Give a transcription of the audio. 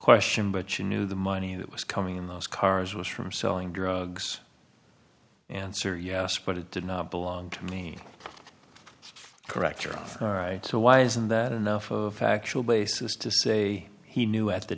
question but you knew the money that was coming in those cars was from selling drugs answer yes but it didn't belong to me correct or off all right so why isn't that enough of a factual basis to say he knew at the